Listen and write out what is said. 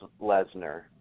Lesnar